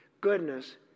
goodness